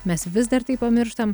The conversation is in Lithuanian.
mes vis dar tai pamirštam